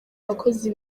abakozi